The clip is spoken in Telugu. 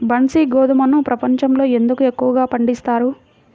బన్సీ గోధుమను ప్రపంచంలో ఎందుకు ఎక్కువగా పండిస్తారు?